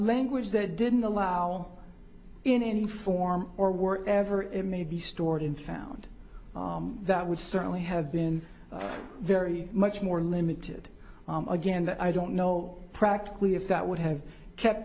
language that didn't allow in any form or were ever it may be stored in found that would certainly have been very much more limited again i don't know practically if that would have kept